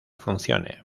funcione